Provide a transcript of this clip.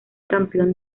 campeón